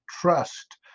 trust